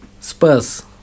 Spurs